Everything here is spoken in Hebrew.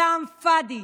כלאם פאדי.